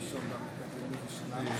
27,000 בתור לדיור הציבורי, עולים חדשים.